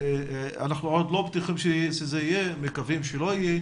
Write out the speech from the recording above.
אנחנו עוד לא בטוחים שזה יהיה ומקווים שלא יהיה,